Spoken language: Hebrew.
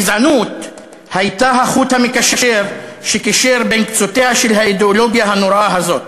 גזענות הייתה החוט המקשר שקישר בין קצותיה של האידיאולוגיה הנוראה הזאת.